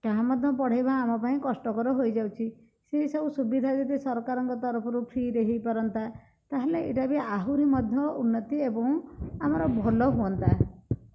ତାହା ମଧ୍ୟ ପଢ଼ାଇବା ଆମ ପାଇଁ କଷ୍ଟକର ହେଇ ଯାଉଛି ସେଇ ସବୁ ସୁବିଧା ଯଦି ସରକାରଙ୍କ ତରଫରୁ ଫ୍ରି ରେ ହେଇପାରନ୍ତା ତାହେଲେ ଏଇଟା ବି ଆହୁରି ମଧ୍ୟ ଉନ୍ନତି ଏବଂ ଆମର ଭଲ ହୁଅନ୍ତା